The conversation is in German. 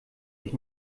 ich